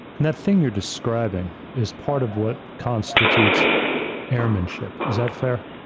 and that thing you're describing is part of what constitutes airmanship. is that fair?